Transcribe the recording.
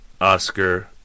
Oscar